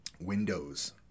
windows